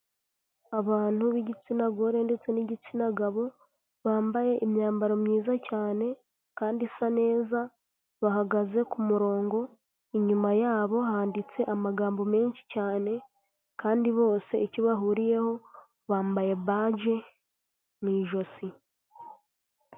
Abantu b'igitsina gore ndetse n'igitsina gabo bambaye imyambaro myiza cyane kandi isa neza, bahagaze ku murongo inyuma yabo handitse amagambo menshi cyane kandi bose icyo bahuriyeho bambaye baji mu ijosi.